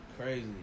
Crazy